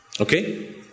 Okay